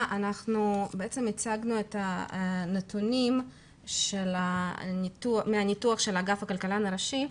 אנחנו הצגנו את הנתונים מניתוח אגף הכלכלן הראשי.